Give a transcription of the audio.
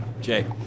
Jay